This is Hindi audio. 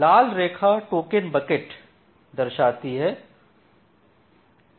लाल रेखा टोकन बकेट दर्शाती है